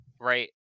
right